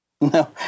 no